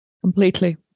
Completely